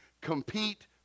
compete